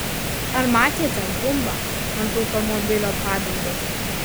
ar matėte gumbą ant automobilio padangos